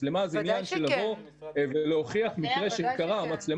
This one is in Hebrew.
צריך לדאוג שמעונות היום הפרטיים יוכלו להמשיך להתקיים ולא